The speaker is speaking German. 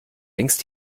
längst